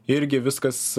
irgi viskas